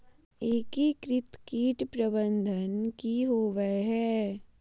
एकीकृत कीट प्रबंधन की होवय हैय?